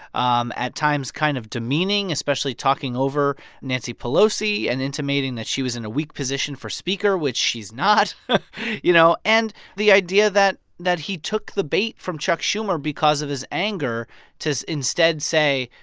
um at times kind of demeaning, especially talking over nancy pelosi and intimating that she was in a weak position for speaker, which she's not you know? and the idea that that he took the bait from chuck schumer because of his anger to instead say,